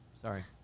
Sorry